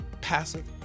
passive